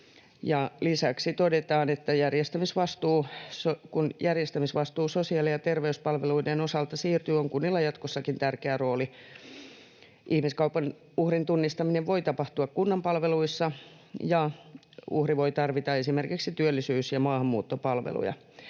Lisäksi todetaan, että kun järjestämisvastuu sosiaali- ja terveyspalveluiden osalta siirtyy, on kunnilla jatkossakin tärkeä rooli. Ihmiskaupan uhrin tunnistaminen voi tapahtua kunnan palveluissa, ja uhri voi tarvita esimerkiksi työllisyys- ja maahanmuuttopalveluja.